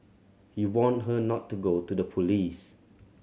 he warned her not to go to the police